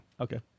Okay